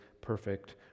perfect